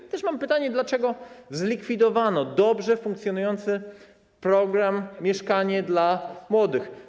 Mam też pytanie, dlaczego zlikwidowano dobrze funkcjonujący program „Mieszkanie dla młodych”